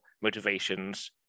motivations